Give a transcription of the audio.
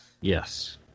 yes